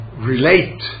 relate